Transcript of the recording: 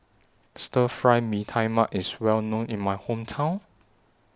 Stir Fry Mee Tai Mak IS Well known in My Hometown